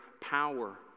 power